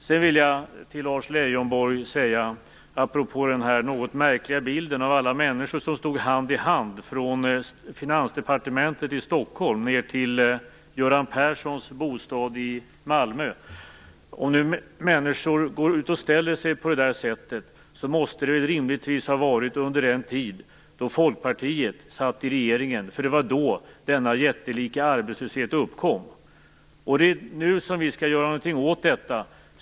Sedan vill jag säga något till Lars Leijonborg apropå den något märkliga bilden av människor som stod hand i hand från Finansdepartementet i Stockholm ned till Göran Perssons bostad i Malmö. Om nu människor har gått ut och ställt sig på det där sättet måste det rimligtvis ha varit under den tid då Folkpartiet satt i regeringen, för det var då denna jättelika arbetslöshet uppkom. Det är nu som vi skall göra någonting åt det.